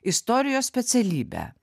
istorijos specialybę